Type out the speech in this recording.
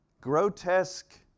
grotesque